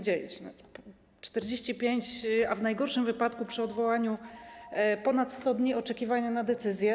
45 dni - a w najgorszym wypadku, przy odwołaniu, ponad 100 dni - oczekiwania na decyzję.